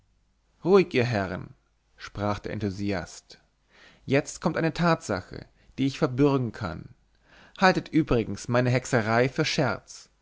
ihr herren sprach der enthusiast jetzt kommt eine tatsache die ich verbürgen kann haltet übrigens meine hexerei für scherz